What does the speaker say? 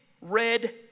red